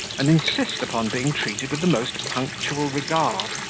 and insist upon being treated with the most punctual regard.